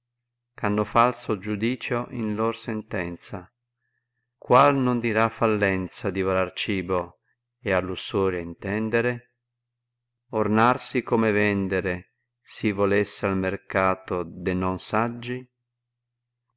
hanno falso giudicio in lor sentenza qual non dirà fallenza divorar cibo ed a lussuria intendere ornarsi come vendere si volesse al mercato denoa saggi